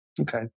okay